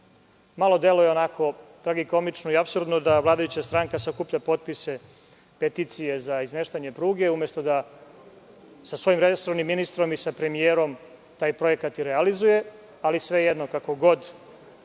Malo deluje, onako, tragikomično i apsurdno da vladajuća stranka sakuplja potpise, peticije za izmeštanje pruge, umesto da sa svojim resornim ministrom i sa premijerom taj projekat i realizuje, ali, svejedno, kako god,